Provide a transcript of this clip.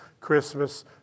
Christmas